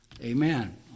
Amen